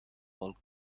bulk